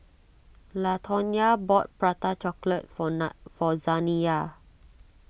Latonya bought Prata Chocolate for nat for Zaniyah